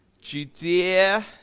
Judea